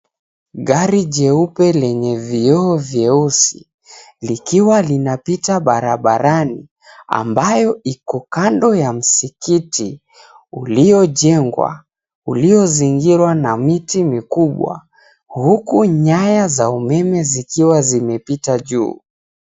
Gari jeupe lenye vioo vyeusi likiwa linapita barabarani, ambayo iko kando ya msikiti uliojengwa, uliozingirwa na miti mikubwa, huku nyaya za umeme zikiwa zimepita juu.